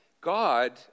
God